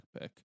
pick